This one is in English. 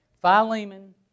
Philemon